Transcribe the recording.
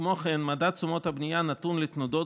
כמו כן מדד תשומות הבנייה נתון לתנודות